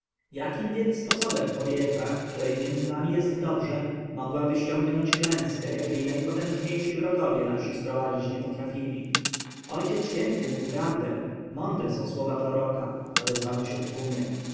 jakim więc sposobem kobieta której między nami jest dobrze mogłaby ściągnąć klęskę jakiej najpotężniejsi wrogowie nasi sprowadzić nie potrafili ojciec święty mówi prawdę mądre są słowa proroka odezwano się w tłumie